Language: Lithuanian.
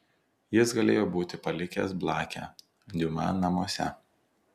jis galėjo būti palikęs blakę diuma namuose